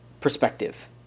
perspective